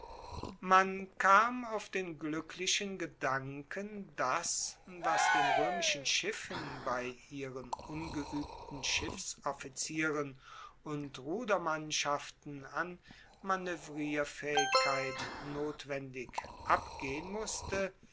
man kam auf den gluecklichen gedanken das was den roemischen schiffen bei ihren ungeuebten schiffsoffizieren und rudermannschaften an manoevrierfaehigkeit notwendig abgehen musste